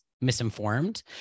misinformed